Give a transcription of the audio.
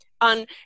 on